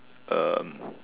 um